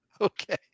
Okay